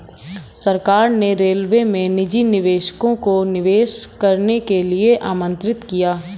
सरकार ने रेलवे में निजी निवेशकों को निवेश करने के लिए आमंत्रित किया